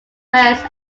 wears